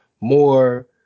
more